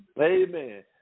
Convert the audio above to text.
Amen